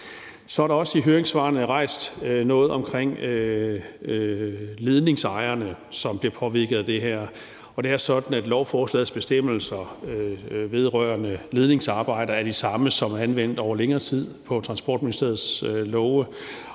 Så er der også i høringssvarene rejst noget om ledningsejerne, som bliver påvirket af det her. Det er sådan, at lovforslagets bestemmelser vedrørende ledningsarbejder er de samme, som er anvendt over længere tid i Transportministeriets love,